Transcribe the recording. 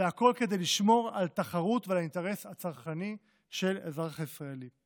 והכול כדי לשמור על תחרות ועל האינטרס הצרכני של האזרח הישראלי.